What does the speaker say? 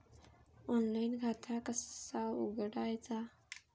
Online खाता कसा उघडायचा?